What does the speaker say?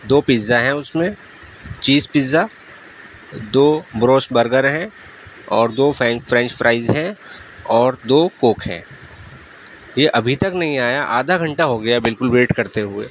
دو pizza ہیں اس میں چیز پزّا دو بروسٹ برگر ہیں اور دو فین فرینچ فرائز ہیں اور دو کوک ہیں یہ ابھی تک نہیں آیا آدھا گھنٹہ ہو گیا ہے بالکل ویٹ کرتے ہوئے